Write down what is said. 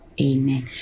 Amen